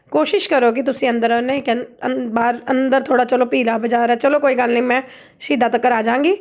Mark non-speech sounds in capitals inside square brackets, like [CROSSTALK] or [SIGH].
ਕੋਸ਼ਿਸ਼ ਕਰੋ ਕਿ ਤੁਸੀਂ ਅੰਦਰ [UNINTELLIGIBLE] ਅੰਦਰ ਥੋੜ੍ਹਾ ਚਲੋ ਭੀੜਾ ਬਾਜ਼ਾਰ ਹੈ ਚਲੋ ਕੋਈ ਗੱਲ ਨਹੀਂ ਮੈਂ ਸ਼ਹੀਦਾਂ ਤੱਕ ਆ ਜਾਂਗੀ